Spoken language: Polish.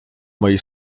mojej